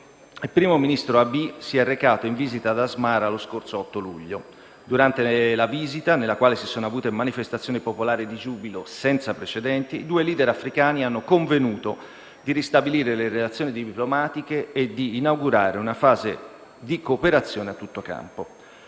il primo ministro Abiy si è recato in visita ad Asmara lo scorso 8 luglio. Durante la visita, nella quale si sono avute manifestazioni popolari di giubilo senza precedenti, i due *leader* africani hanno convenuto di ristabilire le relazioni diplomatiche e di inaugurare una fase di cooperazione a tutto campo.